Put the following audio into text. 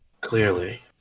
clearly